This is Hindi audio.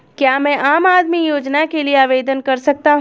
क्या मैं आम आदमी योजना के लिए आवेदन कर सकता हूँ?